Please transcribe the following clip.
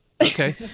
okay